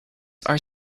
are